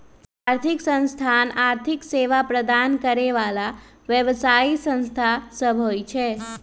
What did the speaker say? आर्थिक संस्थान आर्थिक सेवा प्रदान करे बला व्यवसायि संस्था सब होइ छै